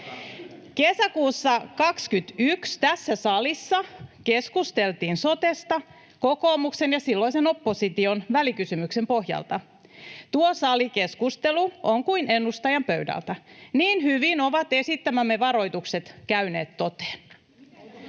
Kesäkuussa 21 tässä salissa keskusteltiin sotesta kokoomuksen ja silloisen opposition välikysymyksen pohjalta. Tuo salikeskustelu on kuin ennustajan pöydältä; niin hyvin ovat esittämämme varoitukset käyneet toteen.